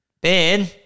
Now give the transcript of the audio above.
Ben